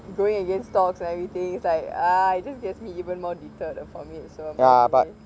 growing against stocks and everything is like ah it just gets me even more deterred from it so I'm like okay